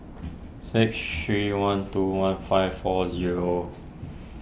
six three one two one five four zero